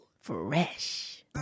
fresh